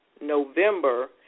November